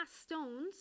stones